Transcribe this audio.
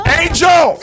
angel